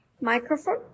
microphone